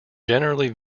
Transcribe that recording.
generally